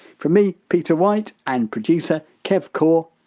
from me, peter white and producer, kev core,